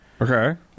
Okay